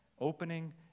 Opening